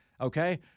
okay